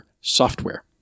software